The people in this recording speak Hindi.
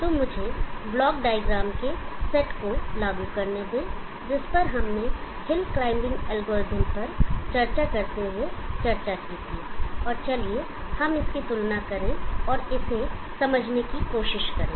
तो मुझे ब्लॉक डायग्राम के सेट को दिखाने दें जिस पर हमने हिल क्लाइंबिंग एल्गोरिथ्म पर चर्चा करते हुए चर्चा की थी और चलिए हम इसकी तुलना करें और इसे समझने की कोशिश करें